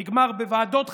הוא נגמר בוועדות חקירה,